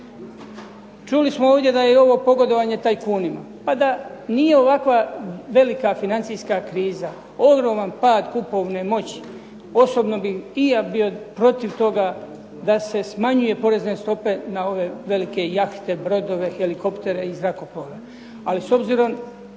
Čuli smo ovdje da je ovo pogodovanje tajkunima. Pa da nije ovakva velika financijska kriza, ogroman pad kupovne moći osobno bih i ja bio protiv toga da se smanjuje porezne stope na ove velike jahte, brodove, helikoptere i zrakoplove,